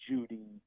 Judy –